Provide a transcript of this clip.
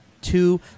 two